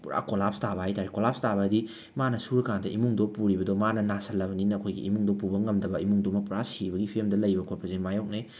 ꯄꯨꯔꯥ ꯀꯣꯂꯥꯞꯁ ꯇꯥꯕ ꯍꯥꯏꯕ ꯇꯥꯔꯦ ꯀꯣꯂꯥꯞꯁ ꯇꯥꯕ ꯍꯥꯏꯗꯤ ꯃꯥꯅ ꯁꯨꯔꯀꯥꯟꯗ ꯏꯃꯨꯡꯗꯣ ꯄꯨꯔꯤꯕꯗꯣ ꯃꯥꯅ ꯅꯥꯁꯤꯜꯂꯕꯅꯤꯅ ꯑꯩꯈꯣꯏꯒꯤ ꯏꯃꯨꯡꯗꯣ ꯄꯨꯕ ꯉꯝꯗꯕ ꯏꯃꯨꯡꯗꯨꯃ ꯄꯨꯔꯥ ꯁꯤꯕꯒꯤ ꯐꯤꯕꯝꯗ ꯂꯩꯕ ꯈꯣꯠꯄꯁꯦ ꯃꯥꯌꯣꯛꯅꯩ